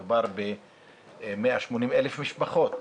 מדובר ב-180,000 משפחות.